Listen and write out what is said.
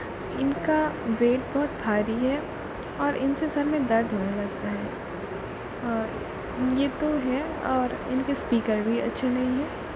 ان کا ویٹ بہت بھاری ہے اور ان سے سر میں درد ہونے لگتا ہے اور یہ تو ہے اور ان کے اسپیکر بھی اچھے نہیں ہیں